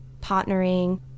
partnering